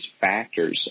factors